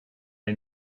les